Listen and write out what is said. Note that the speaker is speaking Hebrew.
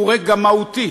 הוא ריק גם מהותית,